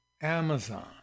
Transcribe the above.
Amazon